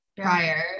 prior